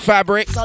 Fabric